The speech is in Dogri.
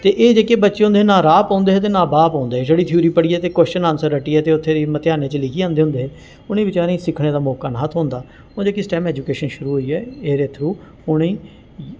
ते एह् जेह्के बच्चे हे नां राह् पौंदे हे ते नां बाह् पौंदे हे छड़ी थ्यूरी पढ़ियै कव्शन आंसर रट्टियै ते उत्थै मतेहानें च लिखी आंदे होंदे हे उ'नें बचैरें गी सिक्खने दा मौका नेईं हा थ्होंदा होर इक स्टेम एजुकेशन शुरू होई ऐ एह्दे थ्रू उ'नेंगी